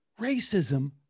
racism